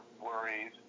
worries